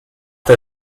der